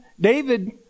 David